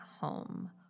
home